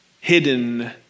hidden